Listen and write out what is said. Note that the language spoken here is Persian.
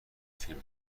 فیلم